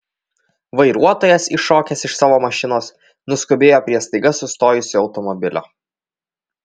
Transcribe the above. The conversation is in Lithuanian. vairuotojas iššokęs iš savo mašinos nuskubėjo prie staiga sustojusio automobilio